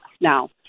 now